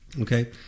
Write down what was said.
Okay